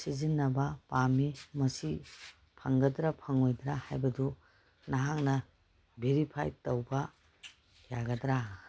ꯁꯤꯖꯤꯟꯅꯕ ꯄꯥꯝꯃꯤ ꯃꯁꯤ ꯐꯪꯒꯗ꯭ꯔꯥ ꯐꯪꯉꯣꯏꯗ꯭ꯔꯥ ꯍꯥꯏꯕꯗꯨ ꯅꯍꯥꯛꯅ ꯕꯦꯔꯤꯐꯥꯏ ꯇꯧꯕ ꯌꯥꯒꯗ꯭ꯔꯥ